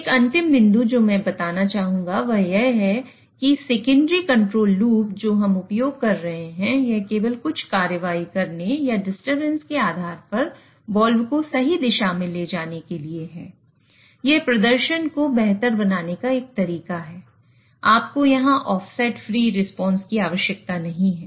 एक अंतिम बिंदु जो मैं बनाना चाहूंगा वह है यह सेकेंडरी कंट्रोल लूप रिस्पांस की आवश्यकता नहीं है